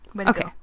Okay